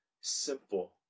simple